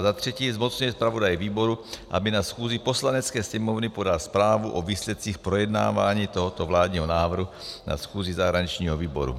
Za třetí zmocňuje zpravodaje výboru, aby na schůzi Poslanecké sněmovny podal zprávu o výsledcích projednávání tohoto vládního návrhu na schůzi zahraničního výboru.